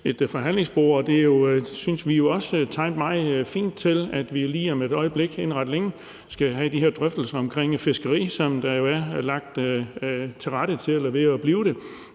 et forhandlingsbord. Det synes vi jo også tegner meget fint, i forhold til at vi lige om ikke ret længe skal have de her drøftelser omkring fiskeri, som der jo er lagt til rette til, eller er ved at blive det.